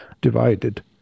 divided